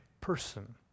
person